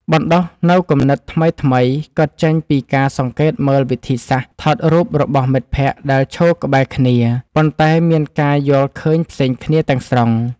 បណ្តុះនូវគំនិតថ្មីៗកើតចេញពីការសង្កេតមើលវិធីសាស្ត្រថតរូបរបស់មិត្តភក្តិដែលឈរក្បែរគ្នា ប៉ុន្តែ មានការយល់ឃើញផ្សេងគ្នាទាំងស្រុង។